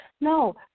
No